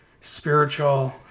spiritual